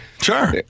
Sure